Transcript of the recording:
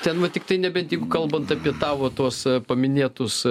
ten vat tiktai nebent jeigu kalbant apie tavo tuos paminėtus